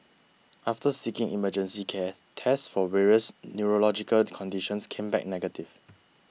after seeking emergency care tests for various neurological conditions came back negative